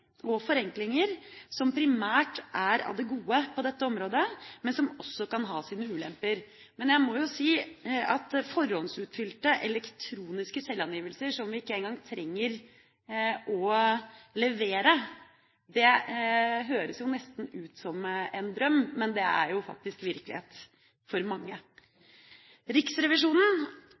og forenklinger som primært er av det gode på dette området, men som også kan ha sine ulemper. Men jeg må jo si at forhåndsutfylte, elektroniske selvangivelser som vi ikke engang trenger å levere, høres jo nesten ut som en drøm, men det er faktisk virkelighet for mange. Riksrevisjonen